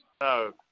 No